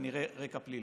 כנראה הרקע פלילי.